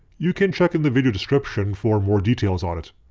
you can check in the video description for more details on it.